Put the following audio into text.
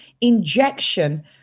injection